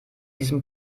diesem